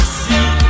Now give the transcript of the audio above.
see